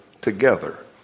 together